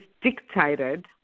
dictated